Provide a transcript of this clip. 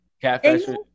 catfish